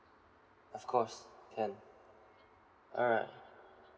of course can alright